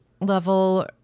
level